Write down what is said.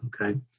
Okay